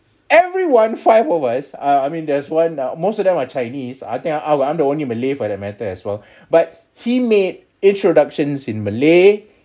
everyone five of us uh I mean there's one uh most of them are chinese I think I'm I'm the only malay for that matter as well but he made introductions in malay